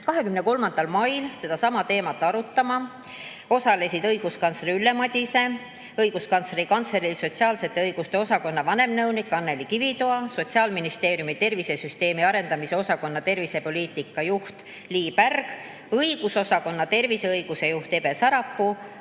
23. mail seda teemat arutama. Osalesid õiguskantsler Ülle Madise, Õiguskantsleri Kantselei sotsiaalsete õiguste osakonna vanemnõunik Anneli Kivitoa, Sotsiaalministeeriumi tervisesüsteemi arendamise osakonna tervise[võrdsuse] poliitika juht Lii Pärg ja õigusosakonna terviseõiguse juht Ebe Sarapuu,